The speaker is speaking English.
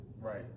Right